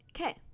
okay